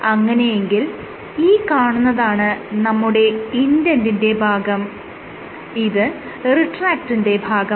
അങ്ങനെയെങ്കിൽ ഈ കാണുന്നതാണ് നമ്മുടെ ഇൻഡെന്റിന്റെ ഭാഗം ഇത് റിട്രാക്ടിന്റെ ഭാഗമാണ്